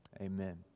amen